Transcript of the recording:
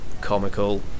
comical